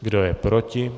Kdo je proti?